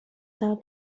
سال